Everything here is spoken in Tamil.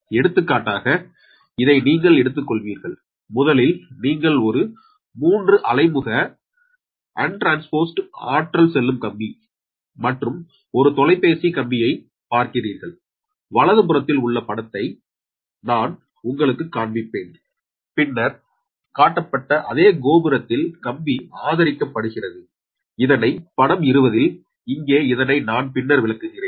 எனவே எடுத்துக்காட்டாக இதை நீங்கள் எடுத்துக்கொள்வீர்கள் முதலில் நீங்கள் ஒரு 3 அலைமுக அன்டிரான்ஸ்போஸ்டு ஆற்றல் செல்லும் கம்பி மற்றும் ஒரு தொலைபேசி கம்பியை பார்க்கிறீர்கள் வலதுபுறத்தில் உள்ள படத்தை நான் உங்களுக்குக் காண்பிப்பேன் பின்னர் காட்டப்பட்ட அதே கோபுரத்தில் கம்பி ஆதரிக்கப்படுகிறது இதனை படம் 20 ல் இங்கே இதனை நான் பின்னர் விளக்குகிறேன்